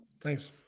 Thanks